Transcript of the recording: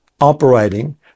operating